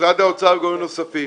וגורמים נוספים